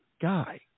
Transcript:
guy